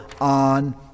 on